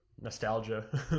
nostalgia